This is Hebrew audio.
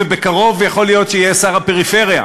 ובקרוב יכול להיות שיהיה שר הפריפריה.